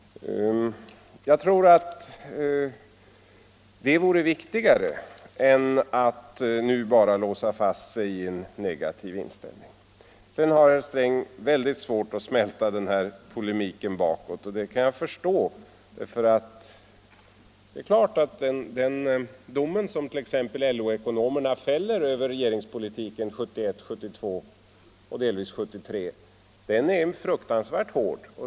Jag tror att det vore riktigare än att nu bara låsa fast sig i en negativ inställning. Sedan har herr Sträng väldigt svårt att smälta polemiken bakåt. Det kan jag förstå, för det är klart att den dom som t.ex. LO-ekonomerna fäller över regeringspolitiken 1971 och 1972 och delvis 1973 är fruktansvärt hård.